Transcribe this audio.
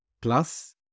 Plus